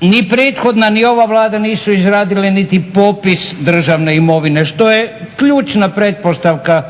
Ni prethodna ni ova Vlada nisu izradile niti popis državne imovine što je ključna pretpostavka